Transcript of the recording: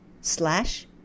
slash